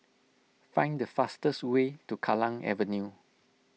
find the fastest way to Kallang Avenue